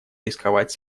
рисковать